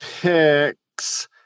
picks